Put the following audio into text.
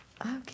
Okay